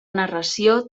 narració